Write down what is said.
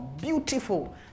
beautiful